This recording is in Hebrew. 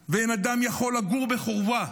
היא, ואין אדם יכול לגור בחורבה.